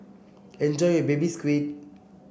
enjoy your Baby Squid